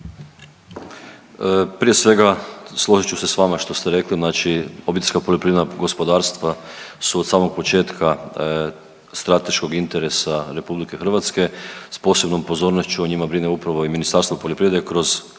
Prije svega složit ću se sa vama što ste rekli. Znači obiteljska poljoprivredna gospodarstva su od samog početka od strateškog interesa Republike Hrvatske. S posebnom pozornošću o njima brine upravo i Ministarstvo poljoprivrede kroz